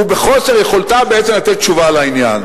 ובחוסר יכולתה בעצם לתת תשובה לעניין.